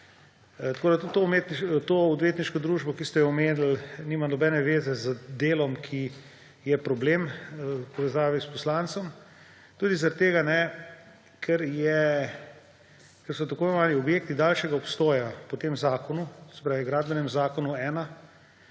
Ta odvetniška družba, ki ste jo omenili, nima nobene veze z delom, ki je problem, v povezavi s poslancem. Tudi zaradi tega ne, ker so tako imenovani objekti daljšega obstoja po tem zakonu, to se pravi Gradbenem zakonu 1